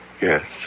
Yes